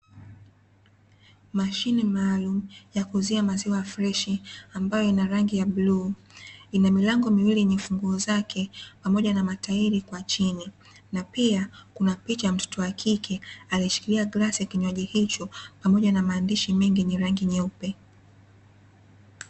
Mashine maalumu ya kuuzia maziwa freshi ambayo ina rangi ya bluu, ina milango miwili yenye funguo zake pamoja na matairi kwa chini na pia kuna picha ya mtoto wa kike aliyeshikilia glasi ya kinywaji hicho pamoja na maandishi mengi yenye rangi nyeupe.